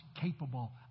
capable